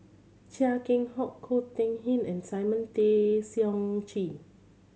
Chia Keng Hock Ko Teck Kin and Simon Tay Seong Chee